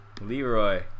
Leroy